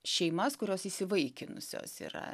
šeimas kurios įsivaikinusios yra